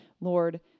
Lord